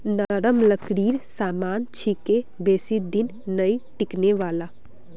नरम लकड़ीर सामान छिके बेसी दिन नइ टिकने वाला